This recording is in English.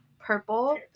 Purple